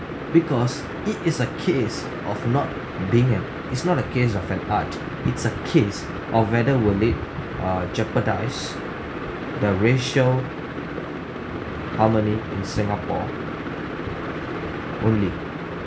because it is a case of not it's not a case of an art it's a case of whether will it err jeopardize the racial harmony in singapore only